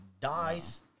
dies